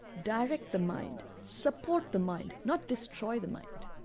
direct the mind, support the mind, not destroy the mind.